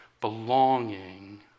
belonging